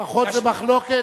לפחות זו מחלוקת,